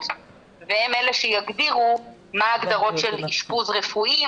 והם אלה שיגדירו מה ההגדרות של אשפוז רפואי,